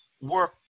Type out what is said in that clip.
work